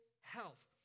health